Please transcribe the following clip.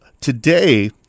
today